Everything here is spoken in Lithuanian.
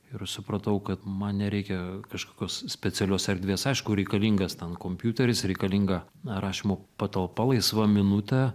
ir supratau kad man nereikia kažkokios specialios erdvės aišku reikalingas ten kompiuteris reikalinga na rašymo patalpa laisva minutė